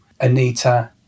Anita